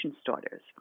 starters